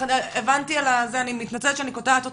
סליחה שאני קוטעת אותך.